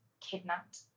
kidnapped